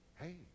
hey